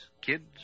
Kids